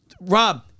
Rob